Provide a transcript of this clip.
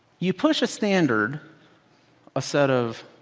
you push a standard a set of